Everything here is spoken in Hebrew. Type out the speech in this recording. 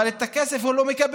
אבל את הכסף הוא לא מקבל.